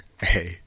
Hey